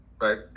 right